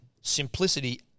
Simplicity